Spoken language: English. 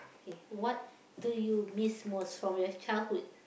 K what do you miss most from your childhood